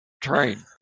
train